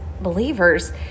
believers